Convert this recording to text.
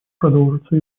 продолжится